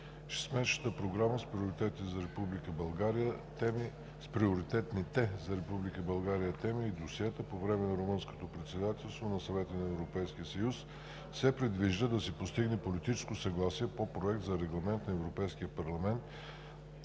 Шестмесечната програма с приоритетните за Република България теми и досиета по време на Румънското председателство на Съвета на Европейския съюз се предвижда да се постигне политическо съгласие по Проект за Регламент на Европейския парламент